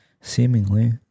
seemingly